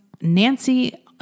Nancy